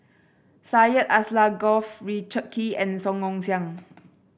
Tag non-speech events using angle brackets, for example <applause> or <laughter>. Syed Alsagoff Richard Kee and Song Ong Siang <noise>